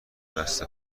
دست